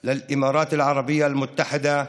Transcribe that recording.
אני שולח מסר של אהבה ושלום לאיחוד האמירויות הערביות,